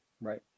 Right